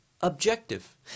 objective